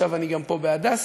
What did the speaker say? עכשיו אני גם פה ב"הדסה".